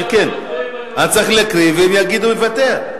אלקין, צריך להקריא והם יגידו "מוותר".